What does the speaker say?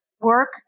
work